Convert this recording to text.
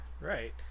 right